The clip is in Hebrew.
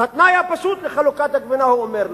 אז התנאי הפשוט לחלוקת הגבינה, הוא אומר לו,